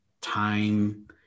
time